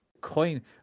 coin